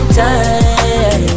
time